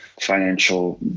financial